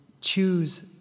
choose